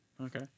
Okay